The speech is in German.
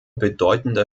bedeutender